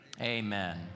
amen